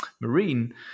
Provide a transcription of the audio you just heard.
marine